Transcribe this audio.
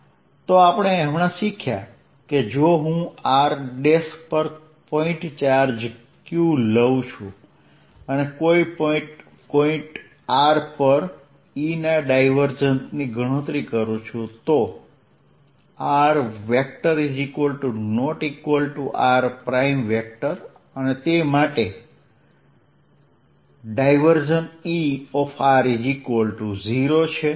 Ex∂xEy∂yEz∂zq4π03r r3 3r r2r r50 for rr તો આપણે શીખ્યા કે જો હું r પર પોઇન્ટ ચાર્જ q લઉં અને કોઈ પોઇન્ટ r પર E ના ડાયવર્જન્સની ગણતરી કરું તો rr માટે ∇E 0 છે